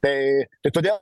tai tai todėl